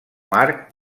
marc